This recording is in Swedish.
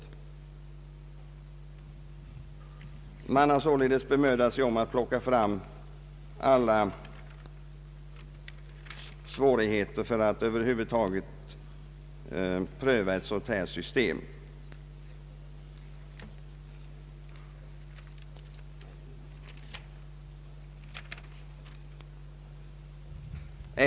Remissinstanserna har således bemödat sig om att plocka fram alla de svårigheter som över huvud taget skulle kunna tänkas i samband med prövningen av ett sådant system.